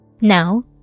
Now